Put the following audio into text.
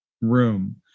room